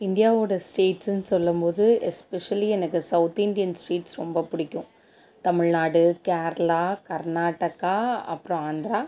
இந்தியாவோடய ஸ்டேட்ஸ்ஸுன்னு சொல்லும் போது எஸ்பேஷலி எனக்கு சௌந் இந்தியன் ஸ்ட்ரீட்ஸ் ரொம்ப பிடிக்கும் தமிழ்நாடு கேரளா கர்நாடகா அப்புறம் ஆந்திரா